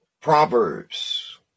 Proverbs